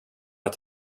ett